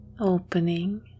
opening